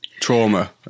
trauma